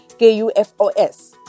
KUFOS